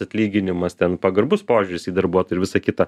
atlyginimas ten pagarbus požiūris į darbuotoją ir visa kita